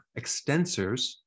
extensors